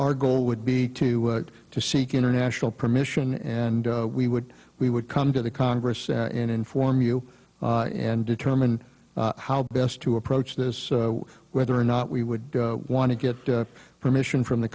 our goal would be to to seek international permission and we would we would come to the congress and inform you and determine how best to approach this so whether or not we would want to get permission from the